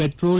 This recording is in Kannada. ಪೆಟ್ರೋಲ್